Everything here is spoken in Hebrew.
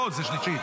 לא, זו שלישית.